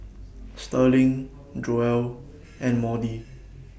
Sterling Joell and Maudie